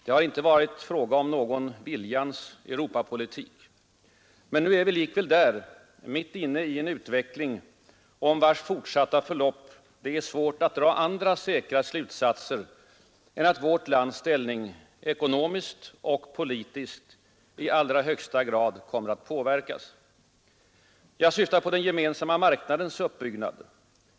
Det har icke varit fråga om någon viljans Europapolitik. Men nu är vi likväl där, mitt inne i en utveckling, om vars fortsatta förlopp det är svårt att dra andra säkra slutsatser än att vårt lands ställning — ekonomiskt och politiskt — i allra högsta grad kommer att påverkas. Jag syftar på den gemensamma marknadens utbyggnad.